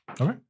Okay